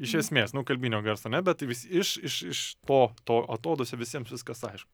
iš esmės nu kalbinio garso ar ne bet vis iš iš iš to to atodūsio visiems viskas aišku